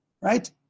right